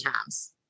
times